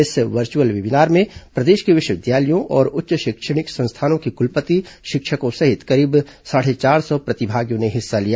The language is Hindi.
इस वर्चुअल वेबीनार में प्रदेश के विश्वविद्यालयों और उच्च शैक्षणिक संस्थानों के कुलपति शिक्षकों सहित करीब साढ़े चार सौ प्रतिभागियों ने हिस्सा लिया